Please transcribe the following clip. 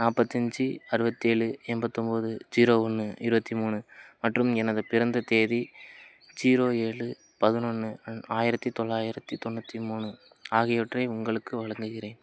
நாற்பத்தஞ்சி அறுபத்தேலு எண்பத்தொம்போது ஜீரோ ஒன்று இருபத்தி மூணு மற்றும் எனது பிறந்த தேதி ஜீரோ ஏழு பதினொன்று ஆயிரத்து தொள்ளாயிரத்து தொண்ணூற்றி மூணு ஆகியவற்றை உங்களுக்கு வழங்குகிறேன்